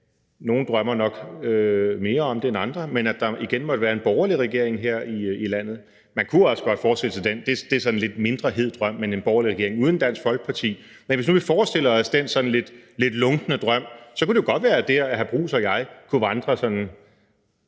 nogle drømmer nok mere om det end andre – igen måtte være en borgerlig regering her i landet. Man kunne også godt forestille sig – det er så en lidt mindre hed drøm – en borgerlig regering uden Dansk Folkeparti. Men hvis vi nu forestiller os den sådan lidt lunkne drøm, kunne det jo godt være, at hr. Jeppe Bruus og jeg dér kunne vandre sammen,